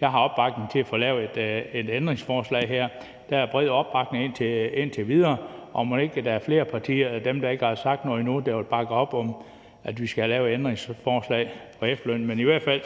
Jeg har opbakning til at få lavet et ændringsforslag her. Der er bred opbakning indtil videre, og mon ikke der er flere af de partier, der ikke har sagt noget endnu, der vil bakke op om, at vi skal have lavet et ændringsforslag i forbindelse med efterlønnen. Men i hvert fald